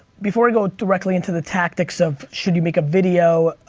before i go directly into the tactics of should you make a video,